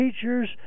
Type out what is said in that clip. teachers